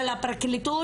של הפרקליטות,